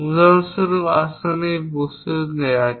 উদাহরণস্বরূপ আসুন এই বস্তুটি নেওয়া যাক